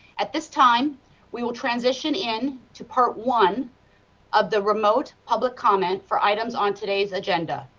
at this time we will transition in to part one of the remote public comments for items on today's agenda.